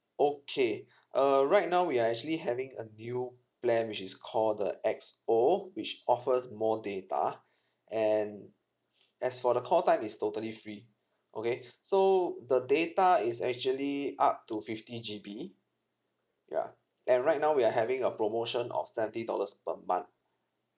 okay uh right now we are actually having a deal plan which is call the X_O which offers more data and as for the call time is totally free okay so the data is actually up to fifty G_B ya and right now we are having a promotion of seventy dollars per month